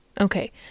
Okay